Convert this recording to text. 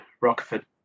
Rockford